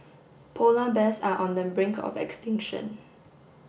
polar bears are on the brink of extinction